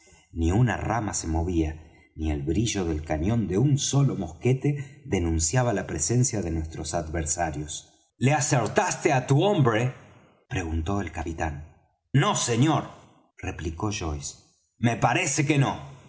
ni una rama se movía ni el brillo del cañón de un sólo mosquete denunciaba la presencia de nuestros adversarios le acertaste á tu hombre preguntó el capitán no señor replicó joyce me parece que no